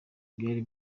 byari